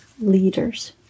leaders